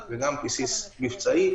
וגם בסיס מבצעי,